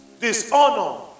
dishonor